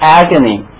agony